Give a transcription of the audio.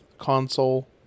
console